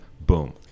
Boom